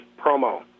promo